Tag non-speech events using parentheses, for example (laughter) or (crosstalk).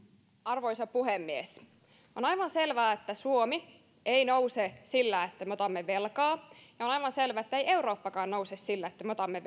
arvoisa puhemies on aivan selvää että suomi ei nouse sillä että me otamme velkaa ja on aivan selvää ettei eurooppakaan nouse sillä että me otamme (unintelligible)